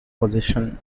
position